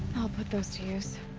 i'll put those to use.